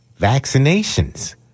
vaccinations